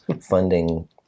funding